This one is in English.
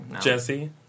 Jesse